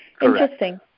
Interesting